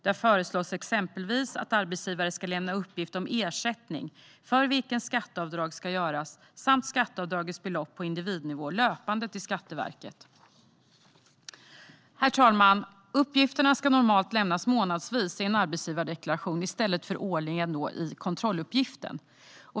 Man föreslår exempelvis att arbetsgivare löpande ska lämna uppgift till Skatteverket om ersättning för vilken skatteavdrag ska göras samt skatteavdragets belopp på individnivå. Herr talman! Uppgifterna ska normalt lämnas månadsvis i en arbetsgivardeklaration i stället för årligen i kontrolluppgiften.